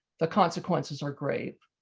the consequences are grave.